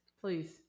Please